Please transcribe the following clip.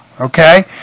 okay